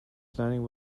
planning